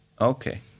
Okay